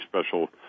special